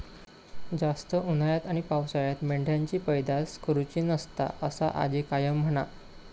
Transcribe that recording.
जास्त उन्हाळ्यात आणि पावसाळ्यात मेंढ्यांची पैदास करुची नसता, असा आजी कायम म्हणा